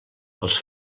els